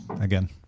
again